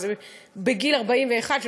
וזה בגיל 41,